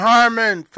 Harmon